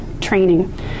training